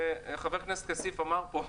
חבר הכנסת כסיף אמר פה,